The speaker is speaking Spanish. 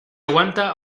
aguanta